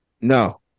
No